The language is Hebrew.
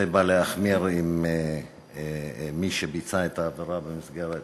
זה בא להחמיר עם מי שביצע את העבירה במסגרת